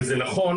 וזה נכון,